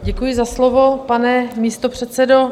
Děkuji za slovo, pane místopředsedo.